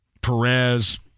Perez